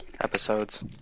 Episodes